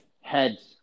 heads